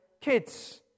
kids